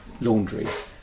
laundries